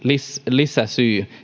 lisäsyy